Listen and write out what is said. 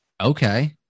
Okay